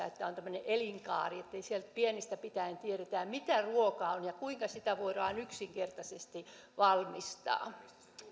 että tämä on tämmöinen elinkaari niin että pienestä pitäen tiedetään mitä ruoka on ja kuinka sitä voidaan yksinkertaisesti valmistaa